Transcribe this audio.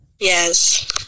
yes